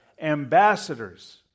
Ambassadors